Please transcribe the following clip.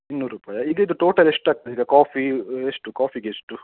ಇನ್ನೂರು ರೂಪಾಯಿಯ ಇದ್ರದ್ದು ಟೋಟಲ್ ಎಷ್ಟಾಗ್ತದೆ ಈಗ ಕಾಫಿ ಎಷ್ಟು ಕಾಫಿಗೆಷ್ಟು